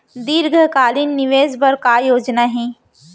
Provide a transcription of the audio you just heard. दीर्घकालिक निवेश बर का योजना हे?